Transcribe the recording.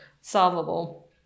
solvable